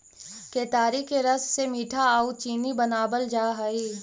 केतारी के रस से मीठा आउ चीनी बनाबल जा हई